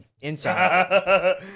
inside